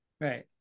Right